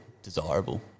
desirable